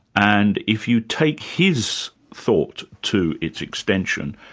and if you take his thought to its extension,